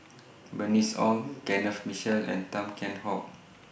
Bernice Ong Kenneth Mitchell and Tan Kheam Hock